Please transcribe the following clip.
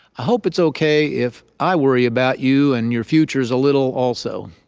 ah hope it's ok if i worry about you and your futures a little also.